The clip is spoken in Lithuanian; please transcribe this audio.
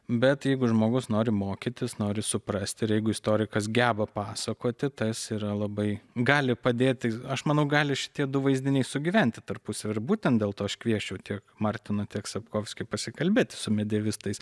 bet jeigu žmogus nori mokytis nori suprasti ir jeigu istorikas geba pasakoti tas yra labai gali padėti aš manau gali šitie du vaizdiniai sugyventi tarpusavy ir būtent dėl to aš kviesčiau tiek martiną tiek sapkovskį pasikalbėti su medievistais